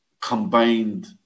combined